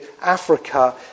Africa